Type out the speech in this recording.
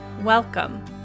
welcome